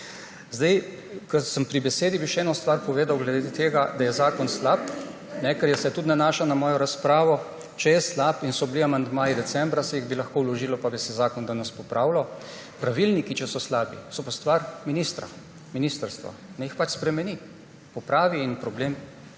mreži. Ko sem pri besedi, bi še eno stvar povedal glede tega, da je zakon slab, ker se tudi nanaša na mojo razpravo. Če je slab in so bili amandmaji decembra, se bi lahko vložil pa bi se zakon danes popravljal. Pravilniki, če so slabi, so pa stvar ministrstva. Naj jih minister spremeni, popravi in problem